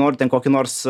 nori ten kokį nors